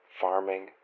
Farming